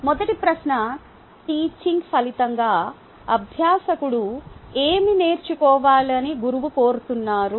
మొదటి ప్రశ్న టీచింగ్ ఫలితంగా అభ్యాసకుడు ఏమి నేర్చుకోవాలి అని గురువు కోరుకుంటున్నారు